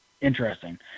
interesting